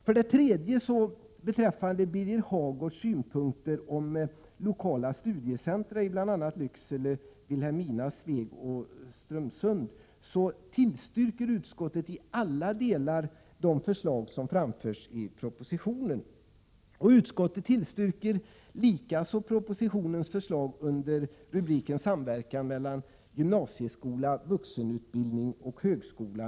För det tredje vill jag beträffande Birger Hagårds synpunkter om lokala studiecentra i bl.a. Lycksele, Vilhelmina, Sveg och Strömsund säga att utskottet i alla delar tillstyrker de förslag som framförs i propositionen. Utskottet tillstyrker också förslagen i propositionen under rubriken Samverkan mellan gymnasieskola, vuxenutbildning och högskola.